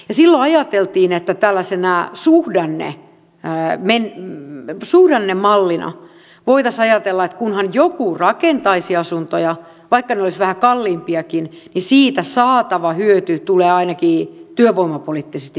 silloin ajateltiin että tällaisena suhdannemallina voitaisiin ajatella että kunhan joku rakentaisi asuntoja vaikka ne olisivat vähän kalliimpiakin niin siitä saatava hyöty tulee ainakin työvoimapoliittisesti mitattavaksi